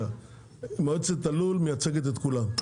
מועצת הלול מייצגת את כולם.